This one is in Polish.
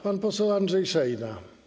Pan poseł Andrzej Szejna.